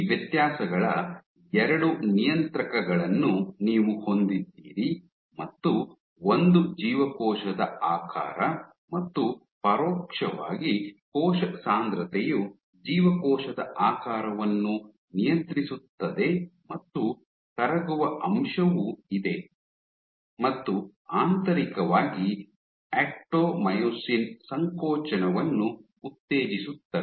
ಈ ವ್ಯತ್ಯಾಸಗಳ ಎರಡು ನಿಯಂತ್ರಕಗಳನ್ನು ನೀವು ಹೊಂದಿದ್ದೀರಿ ಮತ್ತು ಒಂದು ಜೀವಕೋಶದ ಆಕಾರ ಮತ್ತು ಪರೋಕ್ಷವಾಗಿ ಕೋಶ ಸಾಂದ್ರತೆಯು ಜೀವಕೋಶದ ಆಕಾರವನ್ನು ನಿಯಂತ್ರಿಸುತ್ತದೆ ಮತ್ತು ಕರಗುವ ಅಂಶವೂ ಇದೆ ಮತ್ತು ಆಂತರಿಕವಾಗಿ ಆಕ್ಟೊಮೈಯೋಸಿನ್ ಸಂಕೋಚನವನ್ನು ಉತ್ತೇಜಿಸುತ್ತವೆ